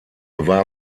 war